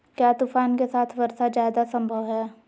क्या तूफ़ान के साथ वर्षा जायदा संभव है?